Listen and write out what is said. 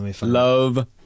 Love